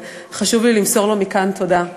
וחשוב לי למסור לו מכאן תודה.